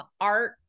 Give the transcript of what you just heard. art